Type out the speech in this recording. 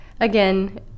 again